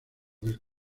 del